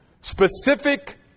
specific